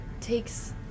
takes